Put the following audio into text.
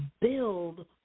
build